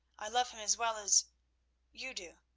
i love him as well as you do.